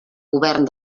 govern